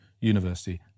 university